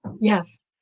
Yes